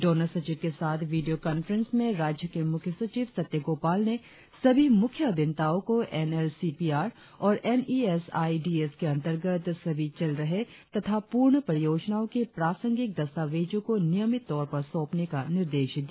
donor सचिव के साथ वीडियों कॉन्फ्रेस में राज्य के मुख्य सचिव सत्य गोपाल ने सभी मुख्य अभियंताओं को N L C P R और N E S I D S के अंदर सभी चल रहे तथा पूर्ण परियोजनाओं की प्रासंगिक दस्तावेजों को नियमित तौर पर सौंपने का निर्देश दिया